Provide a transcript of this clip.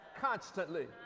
constantly